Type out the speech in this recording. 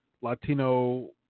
Latino